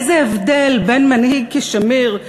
איזה הבדל בין מנהיג כשמיר,